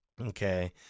okay